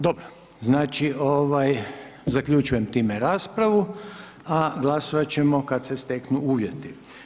Dobro, znači zaključujem tim raspravu a glasovati ćemo kada se steknu uvjeti.